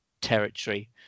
territory